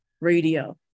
radio